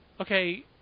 Okay